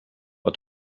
but